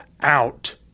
out